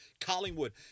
Collingwood